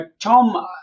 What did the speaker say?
Tom